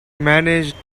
managed